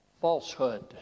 falsehood